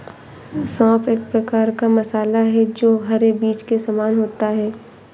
सौंफ एक प्रकार का मसाला है जो हरे बीज के समान होता है